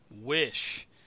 wish